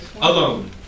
Alone